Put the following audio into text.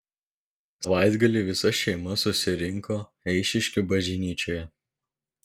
savaitgalį visa šeima susirinko eišiškių bažnyčioje